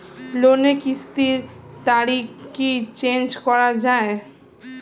লোনের কিস্তির তারিখ কি চেঞ্জ করা যায়?